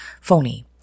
phony